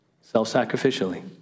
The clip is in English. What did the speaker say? self-sacrificially